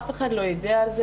אף אחד לא יידע אותה.